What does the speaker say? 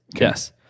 yes